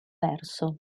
verso